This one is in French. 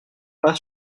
pas